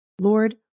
Lord